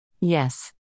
Yes